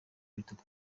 bitatu